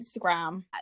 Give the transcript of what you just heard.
Instagram